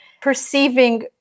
perceiving